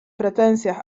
pretensjach